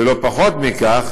ולא פחות מזה,